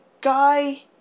guy